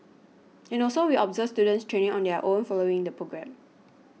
and also we observe students training on their own following the programme